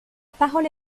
parole